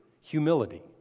humility